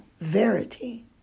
verity